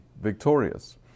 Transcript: victorious